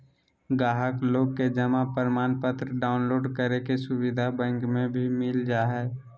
गाहक लोग के जमा प्रमाणपत्र डाउनलोड करे के सुविधा बैंक मे भी मिल जा हय